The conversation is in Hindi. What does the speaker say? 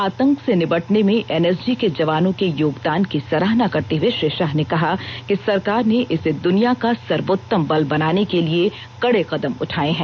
आतंक से निबटने में एन एस जी के जवानों के योगदान की सराहना करते हुए श्री शाह ने कहा कि सरकार ने इसे दुनिया का सर्वोत्तम बल बनाने के लिए कड़े कदम उठाए हैं